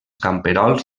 camperols